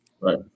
Right